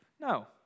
No